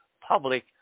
public